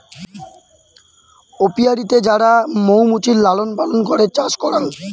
অপিয়ারীতে যারা মৌ মুচির লালন পালন করে চাষ করাং